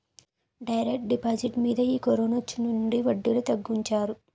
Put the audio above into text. direct deposit మీద ఈ కరోనొచ్చినుంచి వడ్డీలు తగ్గించారు